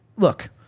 Look